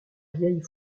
vieille